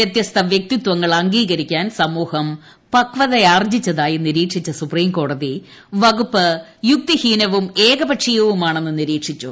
വ്യത്യസ്ത വൃക്തിത്വങ്ങൾ അംഗീകരിക്കാൻ സമൂഹം പക്വതയാർജ്ജിച്ചതായി നിരീക്ഷിച്ച സുപ്രീം കോടതി വകുപ്പ് യുക്തി ഹീനവും ഏകപക്ഷിയവുമാണെന്ന് നിരീക്ഷിച്ചു